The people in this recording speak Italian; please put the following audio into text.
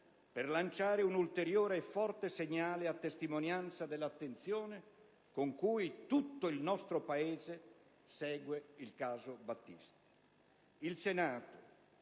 per lanciare un ulteriore e forte segnale a testimonianza dell'attenzione con cui tutto il nostro Paese segue il caso Battisti.